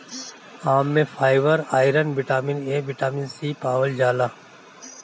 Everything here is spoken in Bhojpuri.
आम में fibre, iron, vitamin A, vitamin C पावल जाला